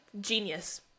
genius